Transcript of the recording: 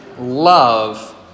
Love